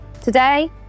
Today